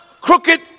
crooked